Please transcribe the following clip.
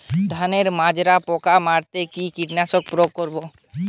ধানের মাজরা পোকা মারতে কি কীটনাশক প্রয়োগ করব?